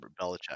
Belichick